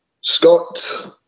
Scott